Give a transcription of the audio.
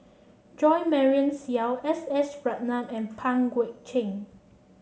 Jo Marion Seow S S Ratnam and Pang Guek Cheng